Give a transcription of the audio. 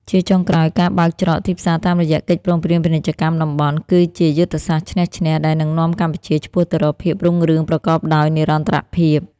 ជាចុងក្រោយ ការបើកច្រកទីផ្សារតាមរយៈកិច្ចព្រមព្រៀងពាណិជ្ជកម្មតំបន់ គឺជាយុទ្ធសាស្ត្រឈ្នះ-ឈ្នះ ដែលនឹងនាំកម្ពុជាឆ្ពោះទៅរកភាពរុងរឿងប្រកបដោយនិរន្តរភាព។